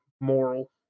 moral